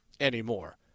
anymore